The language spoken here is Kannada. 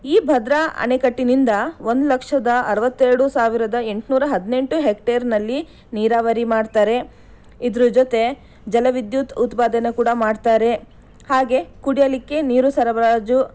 ಈ ಭದ್ರಾ ಅಣೆಕಟ್ಟಿನಿಂದ ಒಂದು ಲಕ್ಷದ ಅರುವತ್ತೆರಡು ಸಾವಿರದ ಎಂಟುನೂರ ಹದಿನೆಂಟು ಹೆಕ್ಟೇರ್ನಲ್ಲಿ ನೀರಾವರಿ ಮಾಡ್ತಾರೆ ಇದರ ಜೊತೆ ಜಲ ವಿದ್ಯುತ್ ಉತ್ಪಾದನೆ ಕೂಡ ಮಾಡ್ತಾರೆ ಹಾಗೆಯೇ ಕುಡಿಯಲಿಕ್ಕೆ ನೀರು ಸರಬರಾಜು